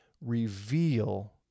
reveal